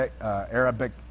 Arabic